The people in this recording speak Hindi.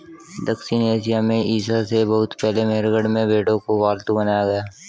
दक्षिण एशिया में ईसा से बहुत पहले मेहरगढ़ में भेंड़ों को पालतू बनाया गया